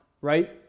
right